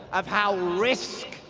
of how risk,